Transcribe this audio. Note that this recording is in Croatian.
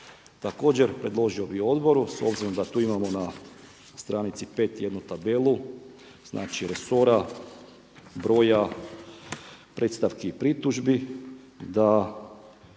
Također predložio bi odboru s obzirom da tu imamo na stranici 5 jednu tabelu, znači resora broja predstavki i pritužbi da